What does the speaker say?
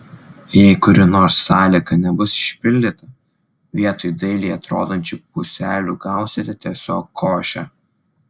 jei kuri nors sąlyga nebus išpildyta vietoj dailiai atrodančių puselių gausite tiesiog košę